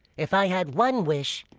if i had one wish,